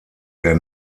der